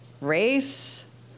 race